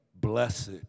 Blessed